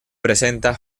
presenta